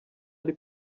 ari